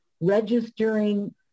registering